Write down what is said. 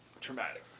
traumatic